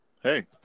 Hey